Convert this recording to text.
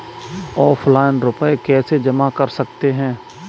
Offline रुपये कैसे जमा कर सकते हैं?